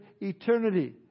eternity